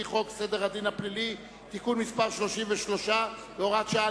חוק סדר הדין הפלילי (תיקון מס' 33 והוראת שעה).